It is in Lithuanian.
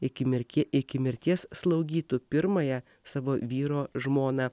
iki mirkies iki mirties slaugytų pirmąją savo vyro žmoną